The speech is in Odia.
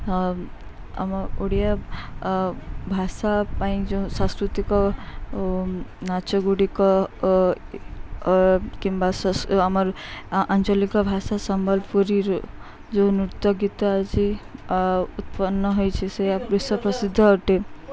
ଆମ ଓଡ଼ିଆ ଭାଷା ପାଇଁ ଯେଉଁ ସାଂସ୍କୃତିକ ନାଚ ଗୁଡ଼ିକ କିମ୍ବା ଆମର ଆଞ୍ଚଳିକ ଭାଷା ସମ୍ବଲପୁରୀ ଯେଉଁ ନୃତ୍ୟଗୀତ ଆଜି ଉତ୍ପନ୍ନ ହେଇଛି ସେ ବିଶ୍ୱ ପ୍ରସିଦ୍ଧ ଅଟେ